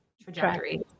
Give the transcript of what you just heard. trajectory